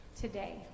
Today